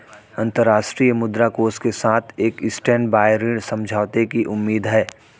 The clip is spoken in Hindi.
अंतर्राष्ट्रीय मुद्रा कोष के साथ एक स्टैंडबाय ऋण समझौते की उम्मीद है